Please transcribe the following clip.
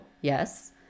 yes